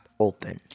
open